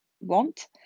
want